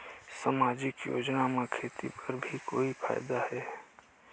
समाजिक योजना म खेती बर भी कोई फायदा है?